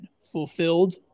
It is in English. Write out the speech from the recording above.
fulfilled